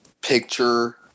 picture